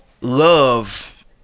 love